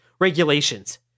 regulations